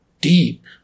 deep